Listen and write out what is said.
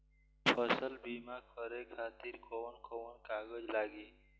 फसल बीमा करे खातिर कवन कवन कागज लागी?